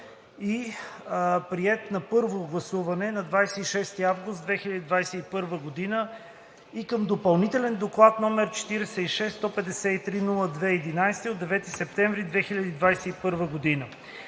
и приет на първо гласуване на 26 август 2021 г., и към Допълнителен доклад № 46-153-02-11 от 9 септември 2021 г.“